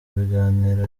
biganiro